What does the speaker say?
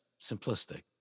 simplistic